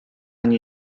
nie